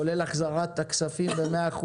כולל החזרת הכספים ב-100%,